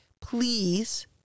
please